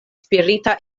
spirita